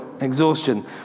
exhaustion